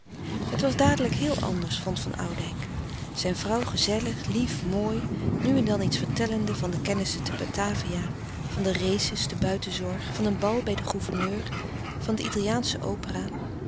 het was dadelijk heel anders vond van oudijck zijn vrouw gezellig louis couperus de stille kracht lief mooi nu en dan iets vertellende van de kennissen te batavia van de races te buitenzorg van een bal bij den gouverneur van de italiaansche opera